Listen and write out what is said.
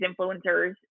influencers